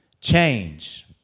Change